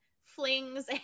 flings